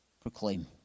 Proclaim